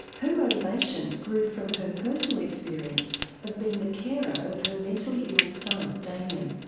her motivation grew from her personal experience of being the carer of her mentally ill son, damien.